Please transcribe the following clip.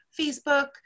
Facebook